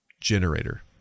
generator